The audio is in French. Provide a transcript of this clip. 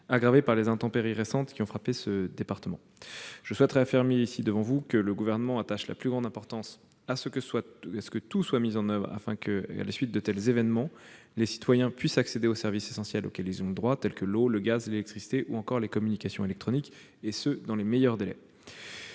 aggravées par les intempéries qui ont récemment frappé votre département. Le Gouvernement attache la plus grande importance à ce que tout soit mis en oeuvre pour que, à la suite de tels événements, les citoyens puissent accéder aux services essentiels auxquels ils ont droit, tels l'eau, le gaz, l'électricité et les communications électroniques, et ce dans les meilleurs délais.